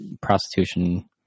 prostitution